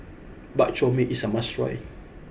Bak Chor Mee is a must try